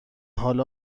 حالا